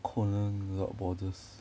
conan without borders